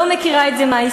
לא מכירה את זה מההיסטוריה